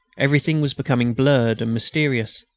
everything was becoming blurred and mysterious.